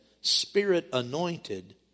spirit-anointed